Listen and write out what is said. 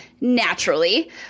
naturally